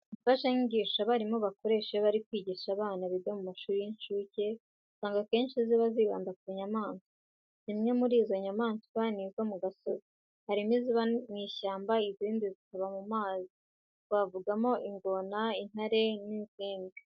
Imfashanyigisho abarimu bakoresha iyo bari kwigisha abana biga mu mashuri y'incuke, usanga akenshi ziba zibanda ku nyamaswa. Zimwe muri izo nyamaswa ni izo mu gasozi. Harimo iziba mu ishyamba izindi zikaba mu mazi. Twavugamo nk'ingona, intare, inzovu n'izindi.